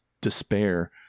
despair